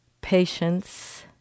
patience